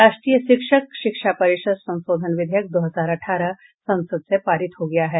राष्ट्रीय शिक्षक शिक्षा परिषद संशोधन विधेयक दो हजार अठारह संसद से पारित हो गया है